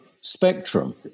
spectrum